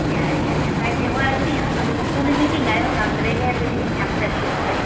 ꯌꯥꯏ ꯌꯥꯏ ꯌꯥꯏ ꯀꯥꯏꯗꯦ ꯍꯣꯏ ꯑꯗꯨꯅ ꯍꯦꯟꯅ ꯑꯁ ꯑꯗꯨꯗꯤ ꯅꯨꯃꯤꯠ ꯉꯥꯏꯕ ꯉꯝꯗ꯭ꯔꯦꯍꯦ ꯑꯗꯨꯗꯤ ꯌꯥꯝ ꯆꯠꯅꯤꯡꯈ꯭ꯔꯦ